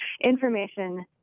information